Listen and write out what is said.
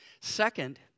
Second